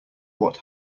what